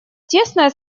тесное